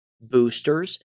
boosters